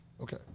Okay